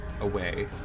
away